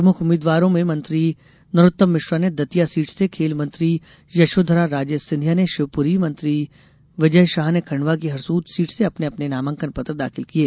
प्रमुख उम्मीदवारों में मंत्री नरोत्तम मिश्रा ने दतिया सीट से खेल मंत्री यशोधरा राजे सिंधिया ने शिवपुरी मंत्री विजय शाह ने खंडवा की हरसूद सीट से अपने अपने नामांकन पत्र दाखिल किये